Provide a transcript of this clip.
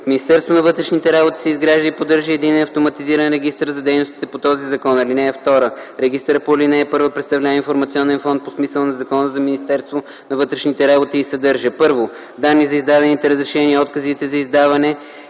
Министерството на вътрешните работи се изгражда и поддържа единен автоматизиран регистър за дейностите по този закон. (2) Регистърът по ал. 1 представлява информационен фонд по смисъла на Закона за Министерството на вътрешните работи и съдържа: 1. данни за издадените разрешения и отказите за издаване